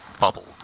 bubble